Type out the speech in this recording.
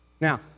Now